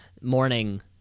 morning